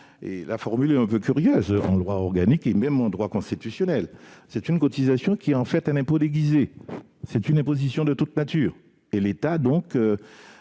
La formule est un peu curieuse en droit organique et même en droit constitutionnel. Cette cotisation est en fait un impôt déguisé, une imposition de toute nature. Et l'État propose